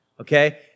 Okay